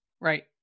right